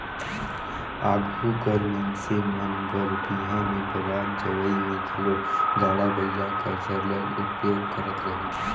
आघु कर मइनसे मन बर बिहा में बरात जवई में घलो गाड़ा बइला कर सरलग उपयोग करत रहिन